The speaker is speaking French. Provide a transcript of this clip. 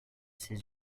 ses